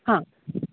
हा